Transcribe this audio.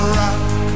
rock